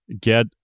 get